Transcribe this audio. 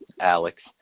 Alex